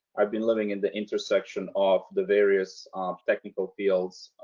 i've been living in the intersection of the various technical fields,